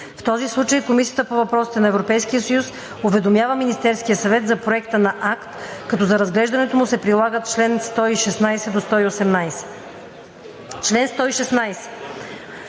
В този случай Комисията по въпросите на Европейския съюз уведомява Министерския съвет за проекта на акт, като за разглеждането му се прилагат чл. 116-118.“